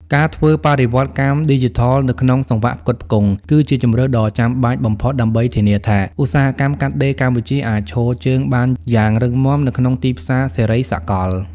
ការធ្វើបរិវត្តកម្មឌីជីថលនៅក្នុងសង្វាក់ផ្គត់ផ្គង់ គឺជាជម្រើសដ៏ចាំបាច់បំផុតដើម្បីធានាថា ឧស្សាហកម្មកាត់ដេរកម្ពុជាអាចឈរជើងបានយ៉ាងរឹងមាំនៅក្នុងទីផ្សារសេរីសកល។